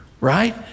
right